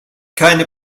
keine